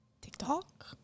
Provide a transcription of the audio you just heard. TikTok